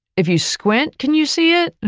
if you squint, can you see it?